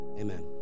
Amen